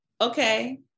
okay